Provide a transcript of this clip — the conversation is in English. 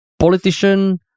politician